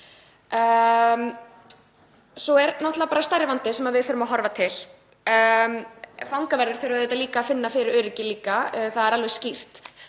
Svo er náttúrlega stærri vandi sem við þurfum að horfa til. Fangaverðir þurfa auðvitað líka að finna fyrir öryggi, það er alveg skýrt.